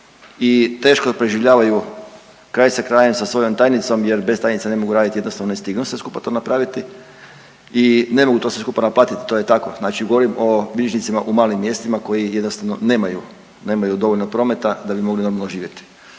i teško preživljavaju kraj sa krajem sa svojom tajnicom jer bez tajnice ne mogu raditi jednostavno ne stignu sve skupa to napraviti i ne mogu sve skupa naplatiti, to je tako. Znači govorim o bilježnicima u malim mjestima koji jednostavno nemaju, nemaju dovoljno prometa da bi mogli normalno živjeti.